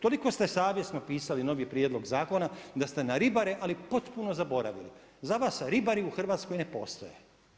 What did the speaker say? Toliko ste savjesno pisali novi prijedlog zakona da ste na ribare ali potpuno zaboravili, za vas ribari u Hrvatskoj ne postoje.